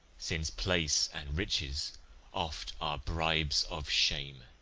since place and riches oft are bribes of shame.